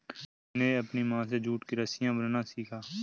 मैंने अपनी माँ से जूट की रस्सियाँ बुनना सीखा